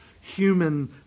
human